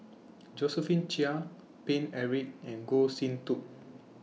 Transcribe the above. Josephine Chia Paine Eric and Goh Sin Tub